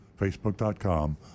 Facebook.com